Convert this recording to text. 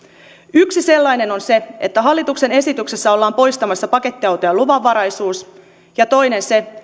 yksi sellainen on se että hallituksen esityksessä ollaan poistamassa pakettiautojen luvanvaraisuus toinen on se